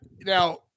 now